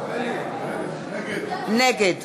נגד